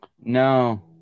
no